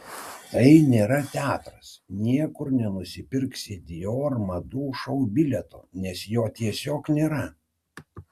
tai nėra teatras niekur nenusipirksi dior madų šou bilieto nes jo tiesiog nėra